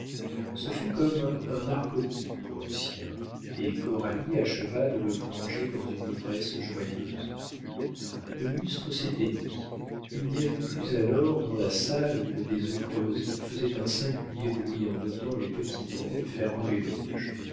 ce fut comme un narcotique pour lucien et coralie acheva de le plonger dans une ivresse joyeuse le lustre s'éteignit il n'y avait plus alors dans la salle que des ouvreuses qui faisaient un singulier bruit en ôtant les petits bancs et fermant les loges